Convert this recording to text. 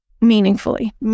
meaningfully